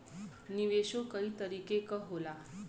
निवेशो कई तरीके क होला